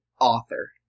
author